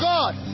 God